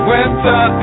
Winter